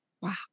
Wow